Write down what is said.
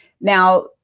Now